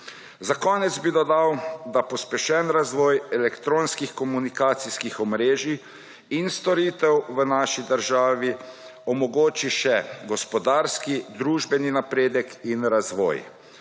Za konec bi dodal, da pospešen razvoj elektronskih komunikacijskih omrežij in storitev v naši državi omogoči še gospodarski, družbeni napredek in razvoj,